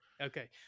Okay